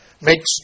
makes